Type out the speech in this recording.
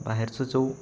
बाहेरचं जो